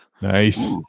Nice